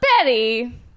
Betty